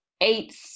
eight